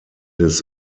des